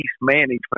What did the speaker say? management